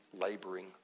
laboring